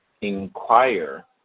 inquire